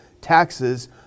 taxes